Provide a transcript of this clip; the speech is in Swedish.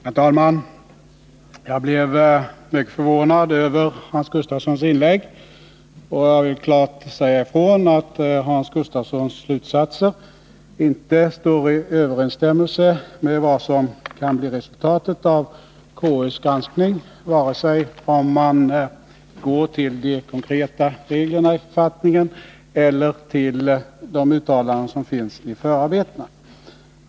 Herr talman! Jag blev mycket förvånad över Hans Gustafssons inlägg, och jag vill klart säga ifrån att Hans Gustafssons slutsatser inte står i överensstämmelse med vad som kan bli resultatet av konstitutionsutskottets granskning vare sig man går till de konkreta reglerna i författningen eller till 167 de uttalanden som finns i förarbetena.